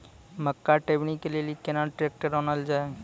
मक्का टेबनी के लेली केना ट्रैक्टर ओनल जाय?